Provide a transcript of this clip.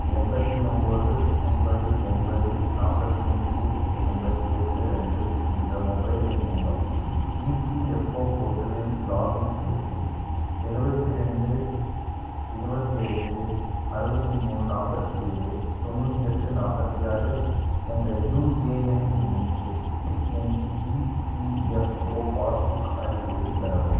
எண்பத்தி ஒம்போது ஐம்பது எண்பது நாற்பத்தி அஞ்சு எண்பத்தி எட்டு ரெண்டு என்ற மொபைல் எண் மூலம் இபிஎஃப்ஓ போர்ட்டலில் லாகின் செய்து எழுவத்தி ரெண்டு இருபத்தி ஐந்து அறுபத்தி மூணு நாற்பத்தி ஏழு தொண்ணூற்றி எட்டு நாற்பத்தி ஆறு என்ற யுஏஎன் எண்ணுக்கு என் இபிஎஃப்ஓ பாஸ்புக் அறிக்கையை பெறவும்